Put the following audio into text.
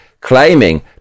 claiming